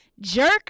jerk